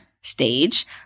stage